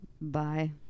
Bye